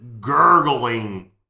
gurgling